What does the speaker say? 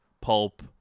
pulp